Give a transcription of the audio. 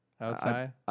outside